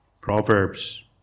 Proverbs